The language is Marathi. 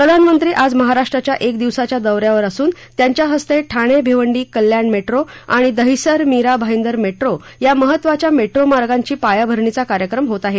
प्रधानमंत्री आज महाराष्ट्राच्या एक दिवसाच्या दौ यावर असून त्यांच्या हस्ते ठाणे भिवंडी कल्याण मेट्रो आणि दहिसर मीरा भाईदर मेट्रो या महत्त्वाच्या मेट्रो मार्गांच्या पायाभरणीचा कार्यक्रम होत आहे